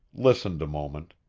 listened a moment,